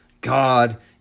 God